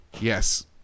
yes